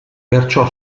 perciò